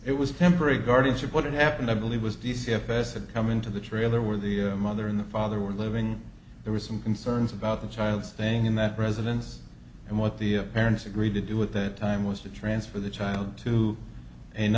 it was temporary guardianship what happened i believe was the c f s had come into the trailer where the mother in the father were living there were some concerns about the child staying in that residence and what the parents agreed to do with that time was to transfer the child to an